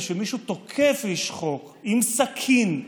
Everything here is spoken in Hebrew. כשמישהו תוקף איש חוק עם סכין,